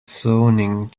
zoning